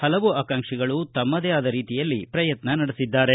ಹಲವು ಆಕಾಂಕ್ಷಿಗಳು ತಮ್ಮದೇ ಆದ ರೀತಿಯಲ್ಲಿ ಪ್ರಯತ್ನ ನಡೆಸಿದ್ದಾರೆ